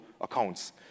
accounts